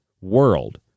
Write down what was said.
world